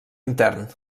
intern